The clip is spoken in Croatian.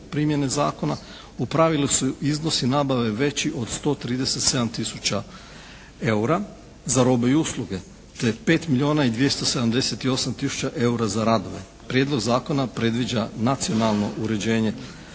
u pravilu su iznosi nabave veći od 137 tisuća eura za robe i usluge te 5 milijuna i 278 tisuća eura za radove. Prijedlog zakona predviđa nacionalno uređenje